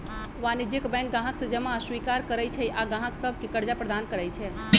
वाणिज्यिक बैंक गाहक से जमा स्वीकार करइ छइ आऽ गाहक सभके करजा प्रदान करइ छै